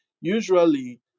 usually